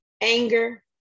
anger